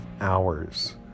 hours